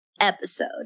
episode